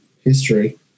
history